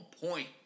point